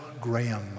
Graham